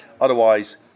otherwise